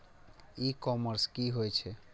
ई commerce की होए छै?